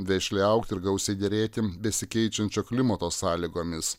vešliai augti ir gausiai derėti besikeičiančio klimato sąlygomis